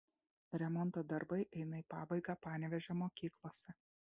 remonto darbai eina į pabaigą panevėžio mokyklose